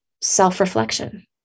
self-reflection